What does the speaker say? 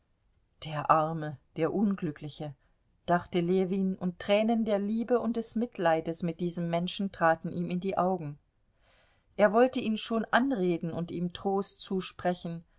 der arme der unglückliche dachte ljewin und tränen der liebe und des mitleides mit diesem menschen traten ihm in die augen er wollte ihn schon anreden und ihm trost zusprechen